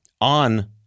on